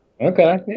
Okay